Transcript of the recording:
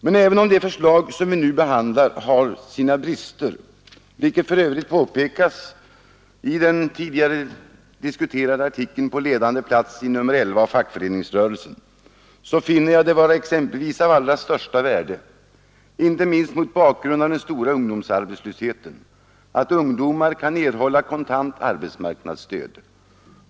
Men även om det förslag som vi nu behandlar har sina brister — vilket för övrigt påpekas i den tidigare diskuterade artikeln på ledande plats i nr 11 av Fackföreningsrörelsen — finner jag det vara av allra största värde, inte minst mot bakgrund av den stora ungdomsarbetslösheten, att ungdomar kan erhålla kontant arbetsmarknadsstöd.